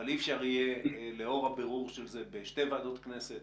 אבל אי אפשר יהיה לאור הבירור של זה בשתי ועדות כנסת,